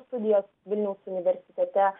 studijas vilniaus universitete